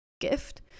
gift